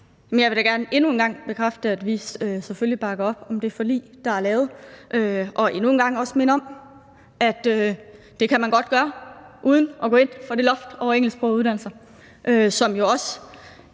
Jeg vil da gerne endnu en gang bekræfte, at vi selvfølgelig bakker op om det forlig, der er lavet, og endnu en gang også minde om, at det kan man godt gøre uden at gå ind for det loft over engelsksprogede uddannelser. Jeg synes